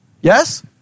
Yes